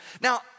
Now